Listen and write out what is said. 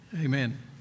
Amen